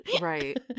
right